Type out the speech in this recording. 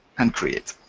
and create.